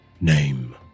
name